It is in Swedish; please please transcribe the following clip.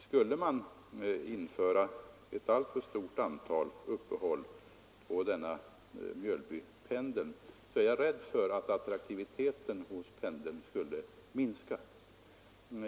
Skulle man införa ett alltför stort antal uppehåll på Mjölbypendeln är jag rädd för att attraktiviteten hos pendeln skulle minska.